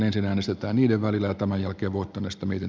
ensin äänestetään niiden välillä tämän jälkeen voiton estäminen